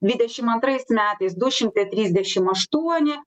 dvidešim antrais metais du šimtai trisdešim aštuoni